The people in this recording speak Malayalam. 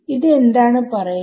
ഇത് എന്താണ് പറയുന്നത്